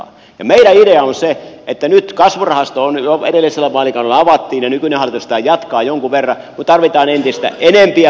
meidän ideamme on se että nyt kasvurahastoon joka edellisellä vaalikaudella avattiin ja nykyinen hallitus sitä jatkaa jonkun verran tarvitaan entistä enempi panoksia